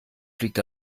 fliegt